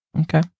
Okay